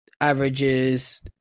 averages